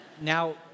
now